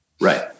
Right